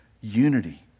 unity